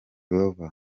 rover